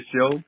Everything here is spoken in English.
show